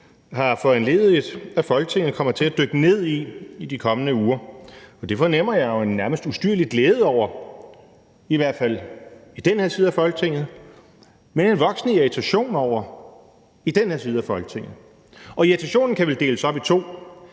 har foranlediget, at Folketinget kommer til at dykke ned i i de kommende uger. Det fornemmer jeg jo en nærmest ustyrlig glæde over, i hvert fald i den her side af Folketinget, men en voksende irritation over i den der side af Folketinget. Og irritationen kan deles op i to: